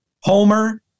Homer